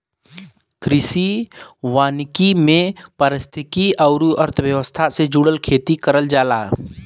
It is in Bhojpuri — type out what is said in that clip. कृषि वानिकी में पारिस्थितिकी आउर अर्थव्यवस्था से जुड़ल खेती करल जाला